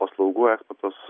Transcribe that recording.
paslaugų eksportas